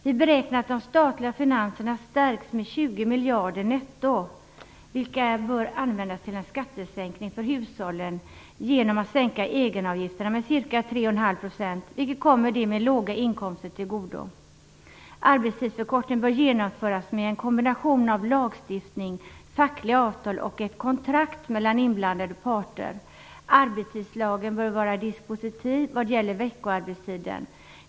Vi beräknar att de statliga finanserna stärks med 20 miljarder kronor netto, vilka bör användas till en skattesänkning för hushållen genom att egenavgifterna sänks med ca 3,5 %, vilket kommer människor med låga inkomster till godo. Arbetstidsförkortning bör genomföras med en kombination av lagstiftning, fackliga avtal och ett "kontrakt" mellan inblandade parter. Arbetstidslagen bör vara dispositiv vad gäller veckoarbetstiden.